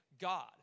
God